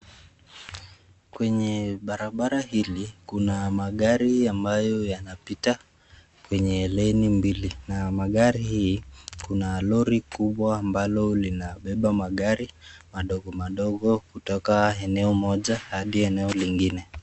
Kwenye, barabara hili, kuna magari ambayo yanapita, kwenye leni mbili, na magari hii, kuna roli kubwa ambali linabeba magari, madogo madogo, kutoka eneo moja, hadi eneo lingine.